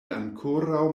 ankoraŭ